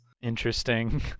interesting